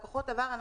לקוחות עבר,